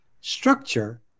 structure